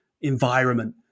environment